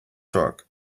talk